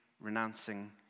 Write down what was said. renouncing